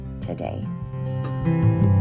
today